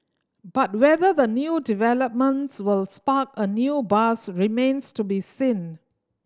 but whether the new developments will spark a new buzz remains to be seen